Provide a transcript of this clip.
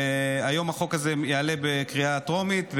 והיום החוק הזה יעלה בקריאה טרומית,